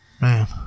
Man